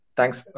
Thanks